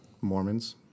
Mormons